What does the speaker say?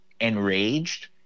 enraged